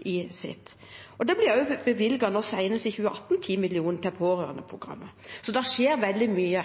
Det ble også senest i 2018 bevilget 10 mill. kr til pårørendeprogrammet. Så det skjer veldig mye.